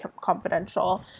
Confidential